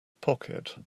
pocket